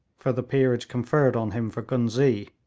for the peerage conferred on him for ghuznee,